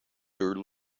their